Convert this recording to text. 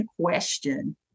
question